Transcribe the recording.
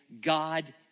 God